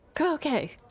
Okay